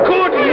Good